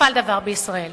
נפל דבר בישראל.